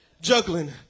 juggling